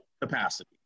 capacity